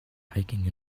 hiking